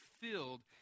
filled